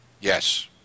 Yes